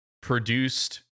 produced